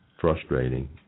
frustrating